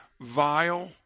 vile